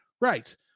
Right